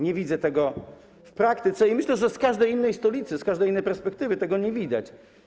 Nie widzę tego w praktyce i myślę, że z każdej innej stolicy, z każdej innej perspektywy tego nie widać.